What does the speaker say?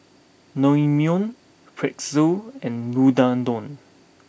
Naengmyeon Pretzel and Unadon